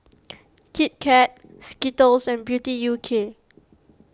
Kit Kat Skittles and Beauty U K